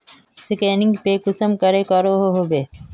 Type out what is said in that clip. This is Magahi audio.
स्कैनिंग पे कुंसम करे करो होबे?